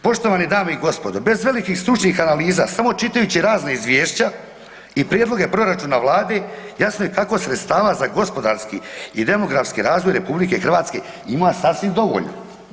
Poštovane dame i gospodo, bez velikih stručnih analiza, samo čitajući razna izvješća i prijedloge proračuna Vlade jasno je kako sredstava za gospodarski i demografski razvoj RH ima sasvim dovoljno.